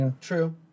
True